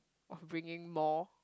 of bringing more